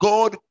God